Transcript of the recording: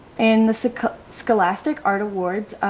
and the scholastic art awards.